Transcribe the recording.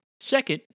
Second